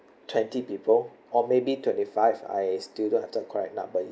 twenty people or maybe twenty five I still don't have the correct number